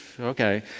Okay